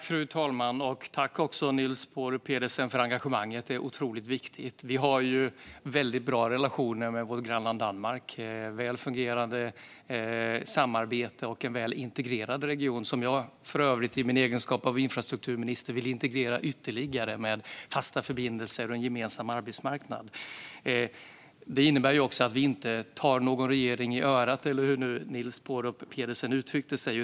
Fru talman! Jag tackar Niels Paarup-Petersen för engagemanget. Det är otroligt viktigt. Vi har väldigt bra relationer med vårt grannland Danmark och ett väl fungerande samarbete. Det är fråga om en väl integrerad region som jag för övrigt i egenskap av infrastrukturminister vill integrera ytterligare genom fasta förbindelser och en gemensam arbetsmarknad. Det innebär också att vi inte tar någon regering i örat, eller hur nu Niels Paarup-Petersen uttryckte sig.